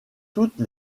toutes